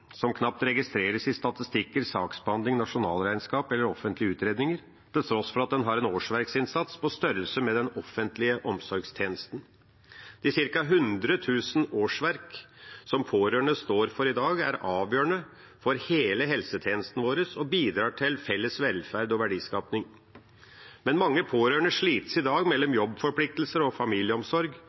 som knapt registreres i statistikker, saksbehandling, nasjonalregnskap eller offentlige utredninger, til tross for at den har en årsverksinnsats på størrelse med den offentlige omsorgstjenesten. De ca. 100 000 årsverk som pårørende står for i dag, er avgjørende for hele helsetjenesten vår og bidrar til felles velferd og verdiskaping. Men mange pårørende slites i dag mellom jobbforpliktelser og familieomsorg